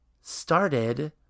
started